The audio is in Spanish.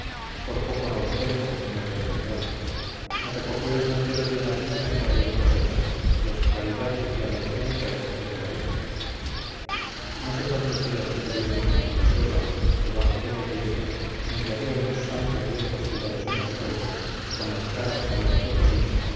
por poco no lo cuento señor d beltrán me recogió el santero de una ermita que hay en roquetas y a su caridad y a la de su mujer debo la vida no sé cuántos días me tuvieron en aquella cueva debajo de la iglesia donde había unos santos viejos tirados en el suelo con las caras comidas de polilla